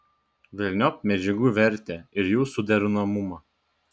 velniop medžiagų vertę ir jų suderinamumą